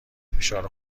فشار